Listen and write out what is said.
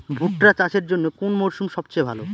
ভুট্টা চাষের জন্যে কোন মরশুম সবচেয়ে ভালো?